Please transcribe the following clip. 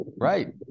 Right